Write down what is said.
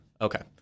Okay